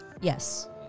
Yes